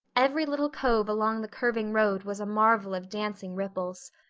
every little cove along the curving road was a marvel of dancing ripples.